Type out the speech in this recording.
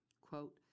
Quote